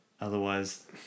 Otherwise